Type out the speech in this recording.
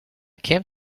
came